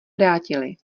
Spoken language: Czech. vrátily